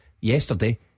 yesterday